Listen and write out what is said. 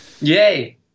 Yay